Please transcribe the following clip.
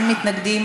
מי נגד?